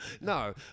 no